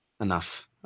Enough